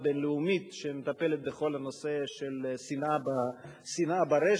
בין-לאומית שמטפלת בכל הנושא של שנאה ברשת,